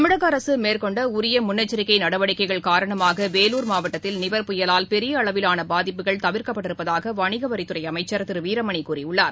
தமிழகஅரசுமேற்கொண்டஉரியமுன்னெச்சரிக்கைநடவடிக்கைகள் காரணமாகவேலூர் மாவட்டத்தில் நிவர் புயலினால் பெரியஅளவிலானபாதிப்புகள் தவிர்க்கப்பட்டிருப்பதாகவணிகவரித்துறைஅமைச்சர் திருவீரமணிகூறியுள்ளார்